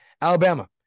Alabama